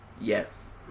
Yes